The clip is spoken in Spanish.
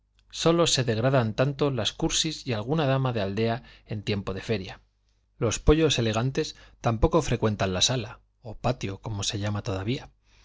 sólo se degradan tanto las cursis y alguna dama de aldea en tiempo de feria los pollos elegantes tampoco frecuentan la sala o patio como se llama todavía